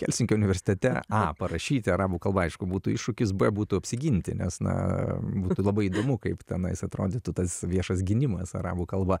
helsinkio universitete a parašyti arabų kalba aišku būtų iššūkis b būtų apsiginti nes na būtų labai įdomu kaip tenais atrodytų tas viešas gynimas arabų kalba